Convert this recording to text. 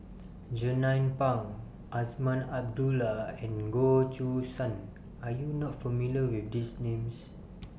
Jernnine Pang Azman Abdullah and Goh Choo San Are YOU not familiar with These Names